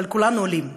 אבל כולנו עולים.